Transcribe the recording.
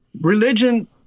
religion